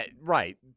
Right